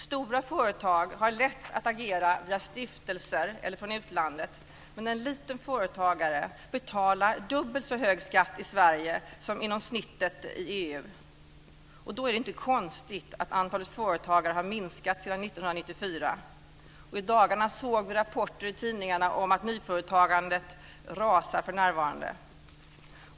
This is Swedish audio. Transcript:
Stora företag har lätt att agera via stiftelser eller från utlandet, men en liten företagare betalar dubbelt så hög skatt i Sverige som i snitt inom EU. Då är det inte konstigt att antalet företagare har minskat sedan 1994. I dagarna såg vi rapporter i tidningarna om att nyföretagandet rasar för närvarande.